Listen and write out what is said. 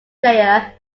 player